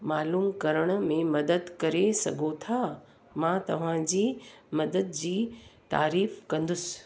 मालूम करण में मदद करे सघो था मां तव्हांजी मदद जी तारीफ़ कंदुसि